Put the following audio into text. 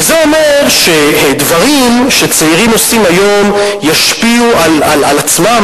וזה אומר שדברים שצעירים עושים היום ישפיעו על עצמם,